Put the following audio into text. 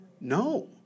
No